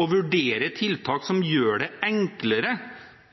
å vurdere tiltak som gjør det enklere